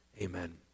Amen